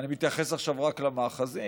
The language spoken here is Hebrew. אני מתייחס עכשיו רק למאחזים,